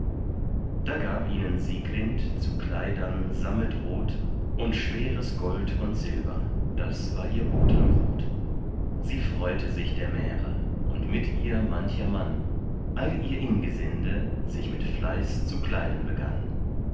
da gab ihnen sieglind zu kleidern sammetrot und schweres gold und silber das war ihr botenbrot sie freute sich der märe und mit ihr mancher mann all ihr ingesinde sich mit fleiß zu kleiden begann